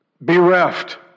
bereft